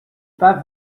pas